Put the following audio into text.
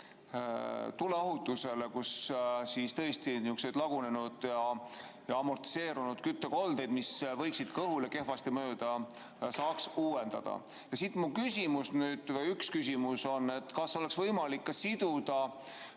tuleohutusele, et tõesti niisuguseid lagunenud ja amortiseerunud küttekoldeid, mis võiksid õhule kehvasti mõjuda, saaks uuendada. Ja siit mu küsimus nüüd. Üks küsimus on: kas oleks võimalik siduda